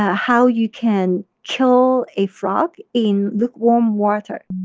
how you can kill a frog in lukewarm water